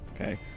Okay